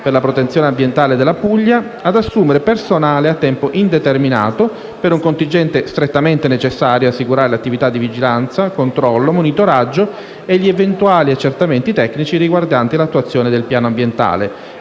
per la protezione ambientale della Puglia ad assumere personale a tempo indeterminato per un contingente strettamente necessario ad assicurare le attività di vigilanza, controllo, monitoraggio e gli eventuali accertamenti tecnici riguardanti l'attuazione del piano ambientale